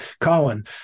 Colin